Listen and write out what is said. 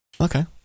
Okay